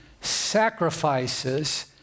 sacrifices